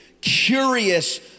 curious